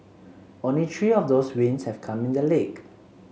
only three of those wins have come in the league